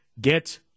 Get